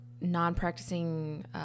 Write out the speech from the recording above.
non-practicing